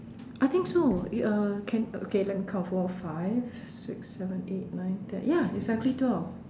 I think so you uh can okay let me count four five six seven eight nine ten ya exactly twelve